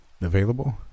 available